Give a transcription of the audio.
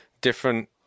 different